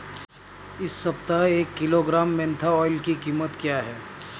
इस सप्ताह एक किलोग्राम मेन्था ऑइल की कीमत क्या है?